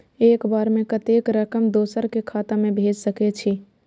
एक बार में कतेक रकम दोसर के खाता में भेज सकेछी?